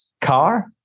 car